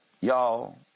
Y'all